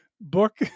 book